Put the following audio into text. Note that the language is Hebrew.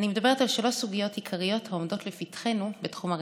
אני מדברת על שלוש סוגיות עיקריות שעומדות לפתחנו בתחום הרווחה: